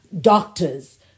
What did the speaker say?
doctors